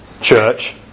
church